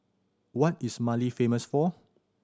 what is Mali famous for